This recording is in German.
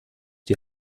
die